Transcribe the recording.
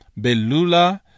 Belula